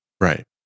Right